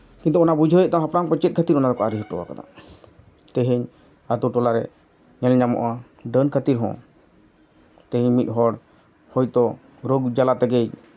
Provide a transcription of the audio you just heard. ᱠᱤᱱᱛᱩ ᱚᱱᱟ ᱵᱩᱡᱷᱟᱹᱣ ᱦᱩᱭᱩᱜ ᱛᱟᱢᱟ ᱦᱟᱯᱲᱟᱢ ᱠᱚ ᱪᱮᱫ ᱠᱷᱟᱹᱛᱤᱨ ᱚᱱᱟ ᱫᱚᱠᱚ ᱟᱹᱨᱤ ᱦᱚᱴᱚ ᱟᱠᱟᱫᱟ ᱛᱮᱦᱤᱧ ᱟᱹᱛᱩ ᱴᱚᱞᱟᱨᱮ ᱧᱮᱞ ᱧᱟᱢᱚᱜᱼᱟ ᱰᱟᱹᱱ ᱠᱷᱟᱹᱛᱤᱨ ᱦᱚᱸ ᱛᱮᱦᱤᱧ ᱢᱤᱫᱦᱚᱲ ᱦᱳᱭᱛᱳ ᱨᱚᱜᱽ ᱡᱟᱞᱟ ᱛᱮᱜᱮᱭ